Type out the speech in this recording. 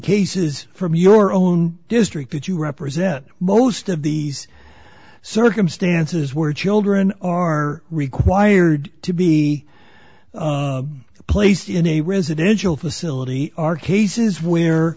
cases from your own district that you represent most of these circumstances where children are required to be placed in a residential facility are cases where